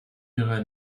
ihrer